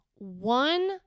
One